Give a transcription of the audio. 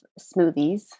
smoothies